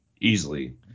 easily